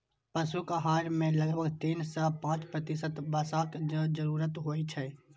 पशुक आहार मे लगभग तीन सं पांच प्रतिशत वसाक जरूरत होइ छै